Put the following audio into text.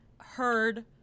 heard